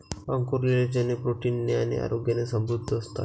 अंकुरलेले चणे प्रोटीन ने आणि आरोग्याने समृद्ध असतात